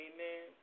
Amen